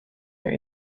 are